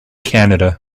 canada